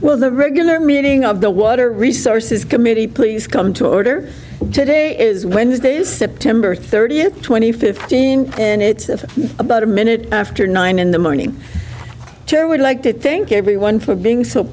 well the regular meeting of the water resources committee please come to order today is wednesday september thirtieth twenty fifth and it's about a minute after nine in the morning chair would like to thank everyone for being so